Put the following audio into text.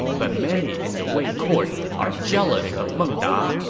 but many in the wei court are jealous of meng da,